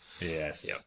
Yes